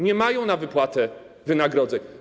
Nie mają na wypłatę wynagrodzeń.